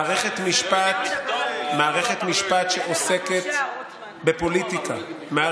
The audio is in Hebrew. מערכת משפט שעוסקת בפוליטיקה, אין לך בושה, רוטמן.